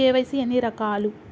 KYC ఎన్ని రకాలు?